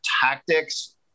tactics